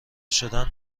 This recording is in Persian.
شدن